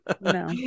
No